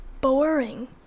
boring